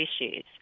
issues